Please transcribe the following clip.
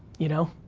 you know?